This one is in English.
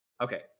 Okay